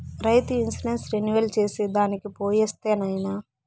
రైతు insurance renewal చేసి దానికి పోయొస్తా నాయనా